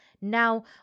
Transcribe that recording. Now